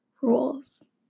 rules